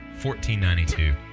1492